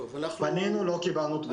פנינו ולא קיבלנו תגובות.